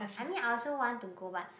I mean I also want to go but